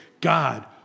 God